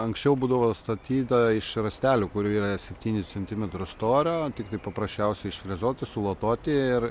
anksčiau būdavo statyta iš rąstelių kurie yra septynių centimetrų storio tiktai paprasčiausiai išfrezuoti sulotuoti ir